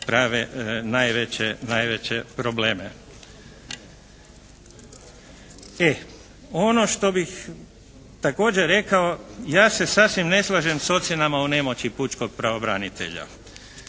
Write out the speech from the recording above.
prave najveće probleme. E, ono što bih također rekao ja se sasvim ne slažem s ocjenama o nemoći pučkog pravobranitelja.